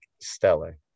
stellar –